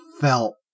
felt